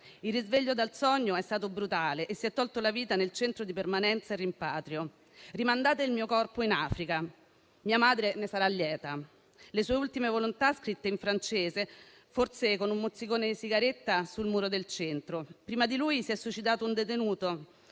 Il risveglio dal sogno è stato brutale e si è tolto la vita nel centro di permanenza e rimpatrio. «Rimandate il mio corpo in Africa. Mia madre ne sarà lieta»: queste le sue ultime volontà, scritte in francese, forse con un mozzicone di sigaretta sul muro del centro. Prima di lui si è suicidato un detenuto